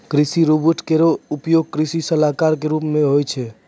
कृषि रोबोट केरो उपयोग कृषि सलाहकार क रूप मे होय छै